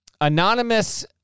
anonymous